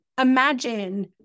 imagine